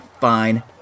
fine